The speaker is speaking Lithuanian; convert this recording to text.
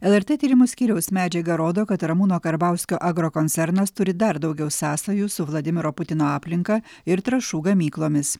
lrt tyrimų skyriaus medžiaga rodo kad ramūno karbauskio agrokoncernas turi dar daugiau sąsajų su vladimiro putino aplinka ir trąšų gamyklomis